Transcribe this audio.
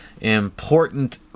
important